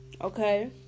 Okay